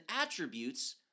attributes